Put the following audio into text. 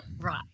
Right